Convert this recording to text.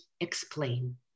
explain